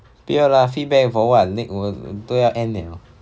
不要 lah feedback for what netw~ 都要 end liao